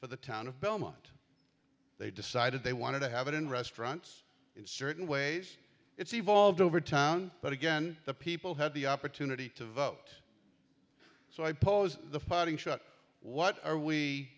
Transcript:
for the town of belmont they decided they wanted to have it in restaurants in certain ways it's evolved over town but again the people had the opportunity to vote so i posed the fighting shut what are we